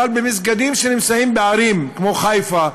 אבל במסגדים שנמצאים בערים כמו חיפה,